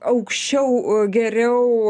aukščiau geriau